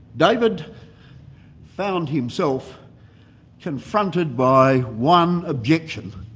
david found himself confronted by one objection.